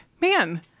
man